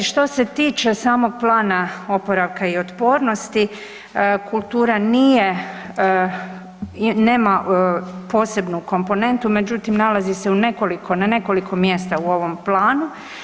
Što se tiče samog Plana oporavka i otpornosti, kultura nije, nema posebnu komponentu, međutim nalazi se u nekoliko, na nekoliko mjesta u ovom Planu.